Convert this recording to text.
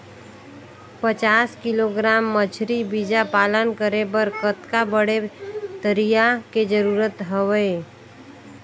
पचास किलोग्राम मछरी बीजा पालन करे बर कतका बड़े तरिया के जरूरत हवय?